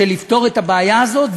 לפתור את הבעיה הזאת,